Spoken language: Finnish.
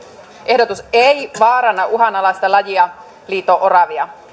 ehdotus ei vaaranna uhanalaista lajia liito oravia